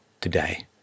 today